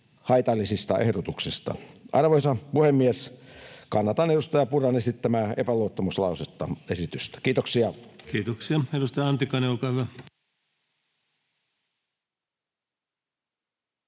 haitallisista ehdotuksista. Arvoisa puhemies! Kannatan edustaja Purran esittämää epäluottamuslause-esitystä. — Kiitoksia. [Speech 154] Speaker: Ensimmäinen varapuhemies